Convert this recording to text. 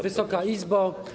Wysoka Izbo!